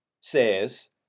says